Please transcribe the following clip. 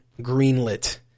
greenlit